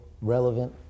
relevant